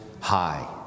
High